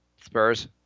Spurs